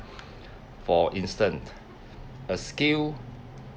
for instance a skill